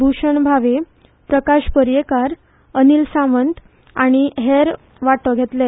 भूषण भावे प्रकाश पर्येंकार अनील सावंत आनी हेर वांटो घेतले